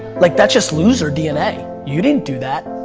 like that's just loser dna. you didn't do that.